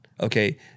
Okay